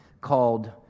called